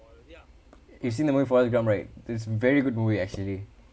you've seen the movie forrest gump right it's very good movie actually